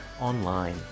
online